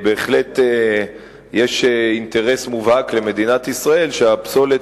בהחלט יש אינטרס מובהק למדינת ישראל שהפסולת